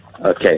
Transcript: Okay